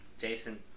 Jason